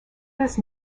was